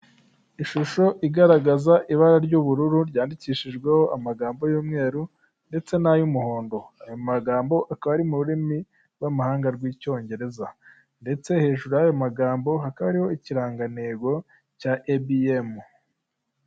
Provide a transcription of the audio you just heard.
Ishusho igaragaza ibara ry'ubururu ryandikishijweho amagambo y'umweru ndetse n'ay'umuhondo, ayo magambo akaba ari mu rurimi rw'amahanga rw'icyongereza, ndetse hejuru y'ayo magambo hakaba ikirangantego cya IBM.